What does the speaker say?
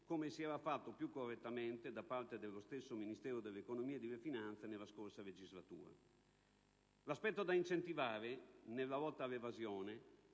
come aveva fatto più correttamente lo stesso Ministero dell'economia e delle finanze nella scorsa legislatura. L'aspetto da incentivare nella lotta all'evasione